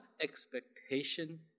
expectation